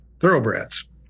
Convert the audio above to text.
thoroughbreds